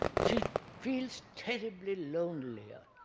she feels terribly lonely ah